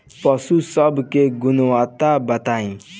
पशु सब के गुणवत्ता बताई?